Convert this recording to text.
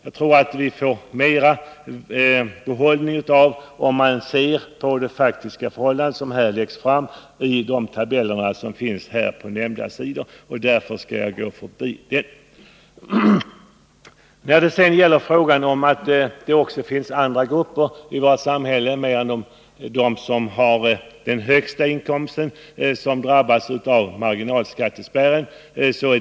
Jag tror att vi får mer behållning av att studera det faktiska förhållande som läggs fram i de tabeller som finns på här nämnda sidor. Därför skall jag gå förbi detta. Det är riktigt att det också finns andra grupper i vårt samhälle än de med den högsta inkomsten som drabbas av höga marginalskatter.